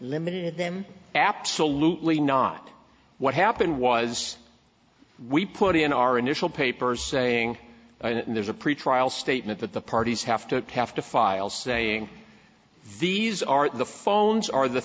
limited them absolutely not what happened was we put in our initial papers saying there's a pretrial statement that the parties have to have to file saying these are the phones are the